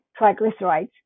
triglycerides